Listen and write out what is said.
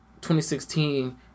2016